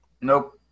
Nope